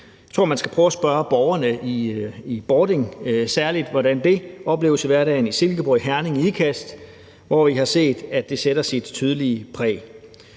Jeg tror, man skal prøve at spørge borgerne særlig i Bording, men også i Silkeborg, Herning og Ikast, hvor vi har set, at det sætter sit tydelige præg,